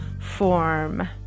form